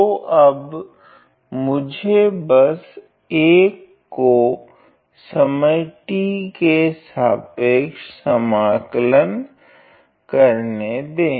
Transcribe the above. तो अब मुझे बस 1 को समय t का सापेक्ष समाकलन करने दें